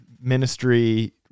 ministry